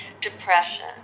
depression